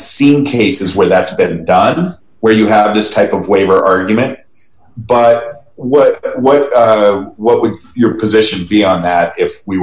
seen cases where that's been done where you have this type of waiver argument but what what what would your position beyond that if we